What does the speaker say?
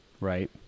Right